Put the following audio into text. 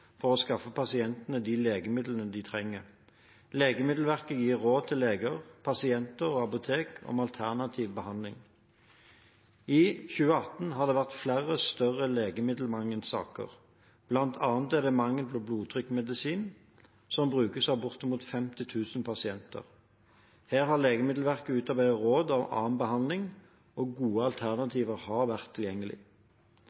for å skaffe pasientene de legemidlene de trenger. Legemiddelverket gir råd til leger, pasienter og apotek om alternativ behandling. I 2018 har det vært flere større legemiddelmangelsaker. Blant annet er det mangel på en blodtrykksmedisin som brukes av bortimot 50 000 pasienter. Her har Legemiddelverket utarbeidet råd om annen behandling, og gode